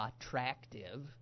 attractive